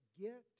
get